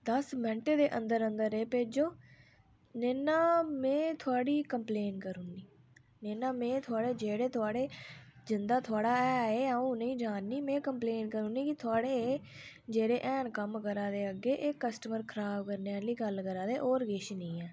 दस्स मिंटें दे अंदर अंदर एह् भेजो नेईं नां में थोआड़ी कम्पलेन करी ओड़नी नेईं नां में थोआढ़े जेह्ड़े थोआढ़े जिंदा थुआढ़ा है ऐ एह् अ'ऊं उ'नें गी जाननी में कम्पलेन करी ओड़नी कि थोआढ़े जेह्ड़े हैन कम्म करा दे अग्गें एह् कस्टमर खराब करने आह्ली गल्ल करा दे होर किश निं ऐ